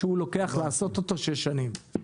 לוקח לעשות אותו שש שנים.